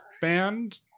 band